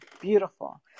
Beautiful